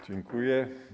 Dziękuję.